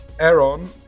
Aaron